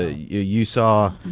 ah you you saw,